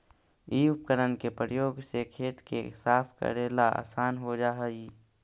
इ उपकरण के प्रयोग से खेत के साफ कऽरेला असान हो जा हई